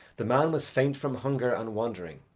the man was faint from hunger and wandering,